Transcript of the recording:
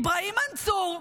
איברהים מנצור,